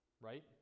Right